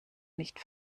nicht